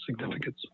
significance